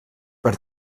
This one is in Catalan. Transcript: per